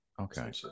okay